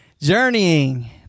journeying